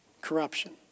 corruption